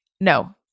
no